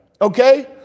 Okay